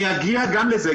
אני אגיע גם לזה.